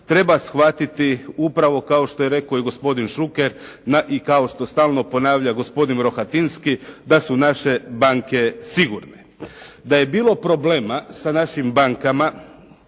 treba shvatiti upravo kao što je rekao gospodin Šuker i kao što stalno ponavlja gospodin Rohatinski da su naše banke sigurne. Da je bilo problema sa našim bankama